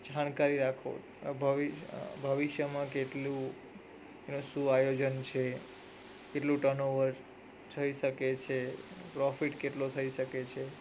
જાણકારી રાખો આ ભવિષ્યમાં કેટલું સુ આયોજન છે કેટલું ટર્નઓવર થઈ શકે છે પ્રોફીટ કેટલો થઈ શકે છે